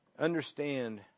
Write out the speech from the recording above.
Understand